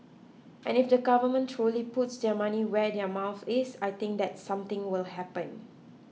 and if the government truly puts their money where their mouth is I think that something will happen